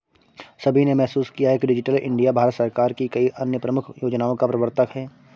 सभी ने महसूस किया है कि डिजिटल इंडिया भारत सरकार की कई अन्य प्रमुख योजनाओं का प्रवर्तक है